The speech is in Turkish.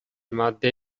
madde